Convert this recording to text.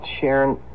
Sharon